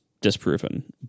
disproven